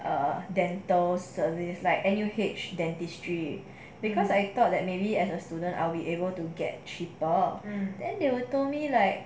err dental service like N_U_H dentistry because I thought that maybe as a student I'll be able to get cheaper then they were told me like